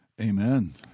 Amen